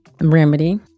Remedy